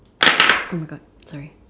!oh-my-God! sorry